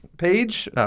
page